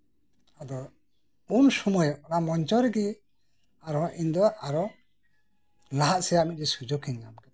ᱟᱭᱢᱟ ᱵᱚᱪᱷᱚᱨ ᱤᱧ ᱪᱮᱫ ᱠᱮᱫᱟ